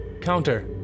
counter